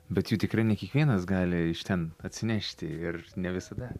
bet jų tikrai ne kiekvienas gali iš ten atsinešti ir ne visada